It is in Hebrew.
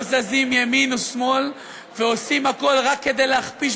לא זזים ימין ושמאל ועושים הכול רק כדי להכפיש,